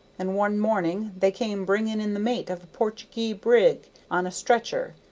and one morning they came bringing in the mate of a portugee brig on a stretcher,